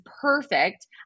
perfect